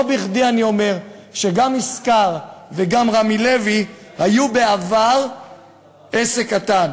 לא בכדי אני אומר שגם "ישקר" וגם "רמי לוי" היו בעבר עסק קטן,